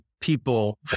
people